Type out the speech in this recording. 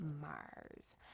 Mars